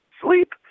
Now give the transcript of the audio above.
sleep